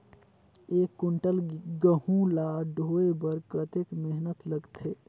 एक कुंटल गहूं ला ढोए बर कतेक मेहनत लगथे?